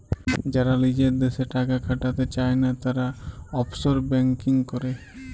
যারা লিজের দ্যাশে টাকা খাটাতে চায়না, তারা অফশোর ব্যাঙ্কিং করেক